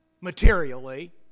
materially